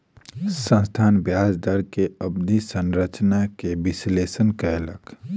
संस्थान ब्याज दर के अवधि संरचना के विश्लेषण कयलक